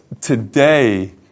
today